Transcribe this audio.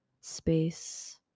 space